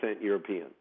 European